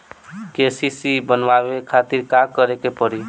KCC बनवावे खातिर का करे के पड़ी?